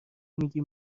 میگی